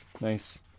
Nice